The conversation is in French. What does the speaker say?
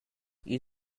ils